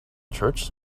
church